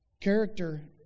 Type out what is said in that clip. Character